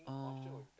oh